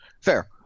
Fair